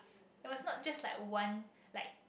it was not just like one like